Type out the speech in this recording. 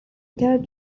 cas